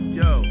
yo